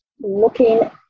looking